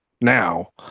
now